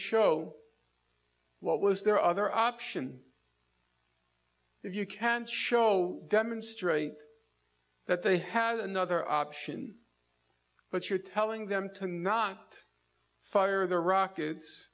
show what was there other option if you can't show demonstrate that they had another option but you're telling them to not fire their rockets